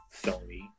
Sony